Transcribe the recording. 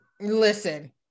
Listen